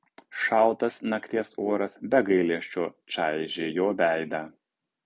šaltas nakties oras be gailesčio čaižė jo veidą